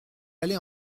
allait